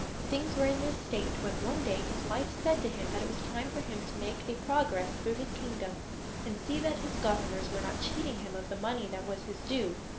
things were in this state when, one day, his wife said to him that it was time for him to make a progress through his kingdom and see that his governors were not cheating him of the money that was his due.